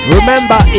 Remember